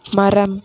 மரம்